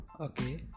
okay